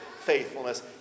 faithfulness